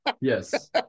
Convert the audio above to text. Yes